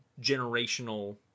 generational